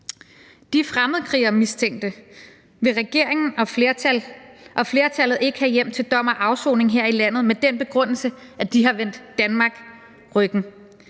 De fremmedkrigermistænkte vil regeringen og flertallet ikke have hjem til dom og afsoning her i landet med den begrundelse, at de har vendt Danmark ryggen.